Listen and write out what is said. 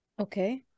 Okay